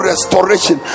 restoration